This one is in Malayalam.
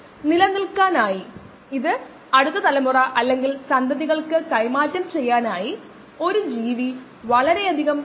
ഏതെങ്കിലും ജൈവവസ്തുക്കളുടെ ഉൽപാദനത്തിനായി കർശനമായ ആവശ്യങ്ങൾ അല്ലെങ്കിൽ കർശനമായ റെഗുലേറ്ററി നടപടിക്രമങ്ങൾ നിറവേറ്റുന്നതിന് സഹായകമായ ഒറ്റ ഉപയോഗ ബയോ റിയാക്ടറുകളെ പറ്റിയും നോക്കി